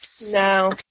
No